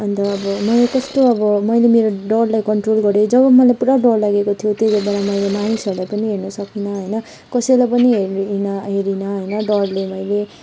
अन्त अब मैले कस्तो अब मैले मेरो डरलाई कन्ट्रोल गरेँ जब मलाई पूरा डर लागेको थियो त्यति बेला मैले मानिसहरूलाई पनि हेर्नु सकिनँ होइन कसैलाई पनि हेर् हेरिनँ होइन डरले मैले